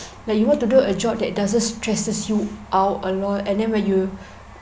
like you want to do a job that doesn't stresses you out a lot and then when you